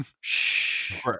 Shh